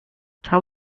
tell